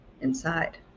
inside